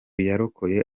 yarokoye